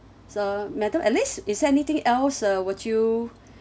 so madam alice is there anything else uh would you